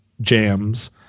jams